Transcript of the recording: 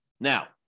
Now